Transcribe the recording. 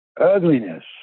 ugliness